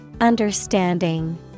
Understanding